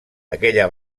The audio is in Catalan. aquella